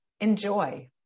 Enjoy